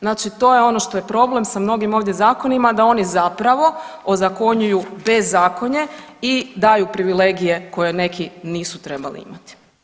Znači to je ono što je problem sa mnogim ovdje zakonima da oni zapravo ozakonjuju bezakonje i daju privilegije koje neki nisu trebali imati.